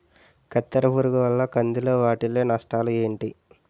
కత్తెర పురుగు వల్ల కంది లో వాటిల్ల నష్టాలు ఏంటి